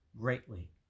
greatly